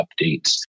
updates